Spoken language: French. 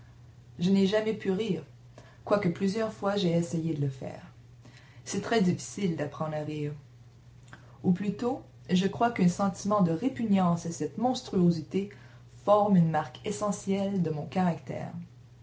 je n'ai jamais pu rire quoique plusieurs fois j'aie essayé de le faire c'est très difficile d'apprendre à rire ou plutôt je crois qu'un sentiment de répugnance à cette monstruosité forme une marque essentielle de mon caractère